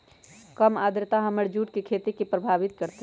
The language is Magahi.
कम आद्रता हमर जुट के खेती के प्रभावित कारतै?